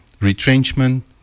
retrenchment